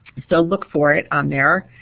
so look for it on there.